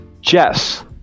Jess